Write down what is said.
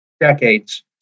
decades